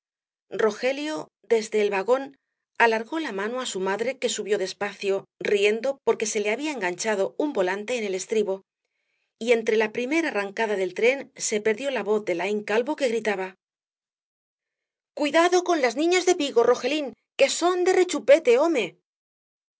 rogelio desde el vagón alargó la mano á su madre que subió despacio riendo porque se le había enganchado un volante en el estribo y entre la primer arrancada del tren se perdió la voz de laín calvo que gritaba cuidado con las niñas de vigo rogelín que son de rechupete